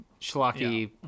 schlocky